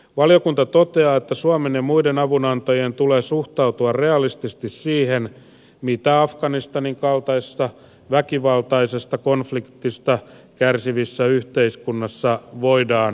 valiokunta toteaa että suomen ja muiden avunantajien tulee suhtautua realistisesti siihen mitä afganistanin kaltaisesta väkivaltaisesta konfliktista kärsivässä yhteiskunnassa voidaan saavuttaa